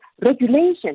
regulation